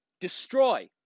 destroy